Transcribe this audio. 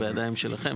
זה בידיים שלכם.